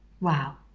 Wow